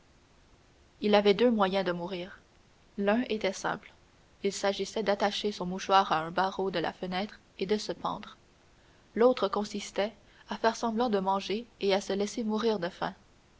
il y avait deux moyens de mourir l'un était simple il s'agissait d'attacher son mouchoir à un barreau de la fenêtre et de se pendre l'autre consistait à faire semblant de manger et à se laisser mourir de faim